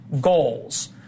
goals